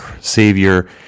Savior